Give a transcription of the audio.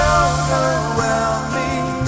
overwhelming